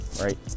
right